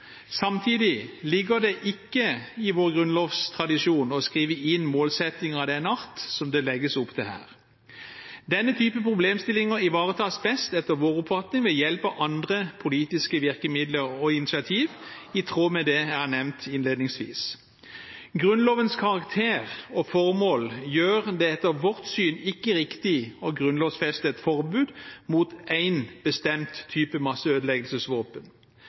Samtidig ligger det ikke i vår grunnlovstradisjon å skrive inn målsettinger av den art som det legges opp til her. Denne typen problemstillinger ivaretas etter vår oppfatning best ved hjelp av andre politiske virkemidler og initiativer, i tråd med det jeg har nevnt innledningsvis. Grunnlovens karakter og formål gjør det etter vårt syn ikke riktig å grunnlovfeste et forbud mot én bestemt type masseødeleggelsesvåpen.